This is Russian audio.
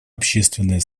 общественные